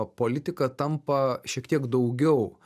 politika tampa šiek tiek daugiau